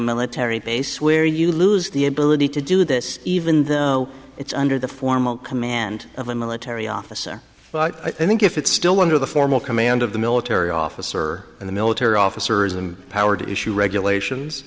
military base where you lose the ability to do this even though it's under the formal command of a military officer but i think if it's still under the formal command of the military officer in the military officers and power to issue regulations